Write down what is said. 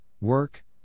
work